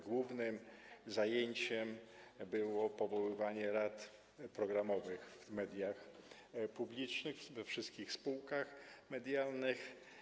Głównym zajęciem było powoływanie rad programowych w mediach publicznych, we wszystkich spółkach medialnych.